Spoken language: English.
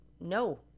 no